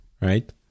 Right